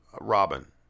Robin